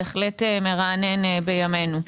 בהחלט מרענן בימינו.